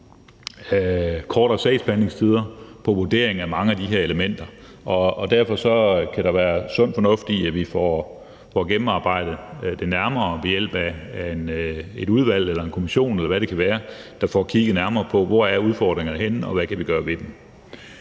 kortere sagsbehandlingstider i vurderingen af mange af de her elementer, og derfor kan der være sund fornuft i, at vi får gennemarbejdet det nærmere ved hjælp af et udvalg eller en kommission, eller hvad det kan være, der får kigget nærmere på, hvor udfordringerne er, og hvad vi kan gøre ved dem.